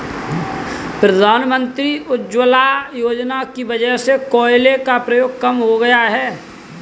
प्रधानमंत्री उज्ज्वला योजना की वजह से कोयले का प्रयोग कम हो गया है